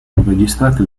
registrate